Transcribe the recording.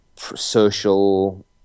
social